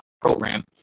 program